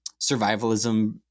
survivalism